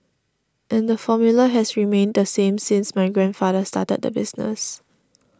and the formula has remained the same since my grandfather started the business